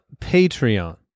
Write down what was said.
Patreon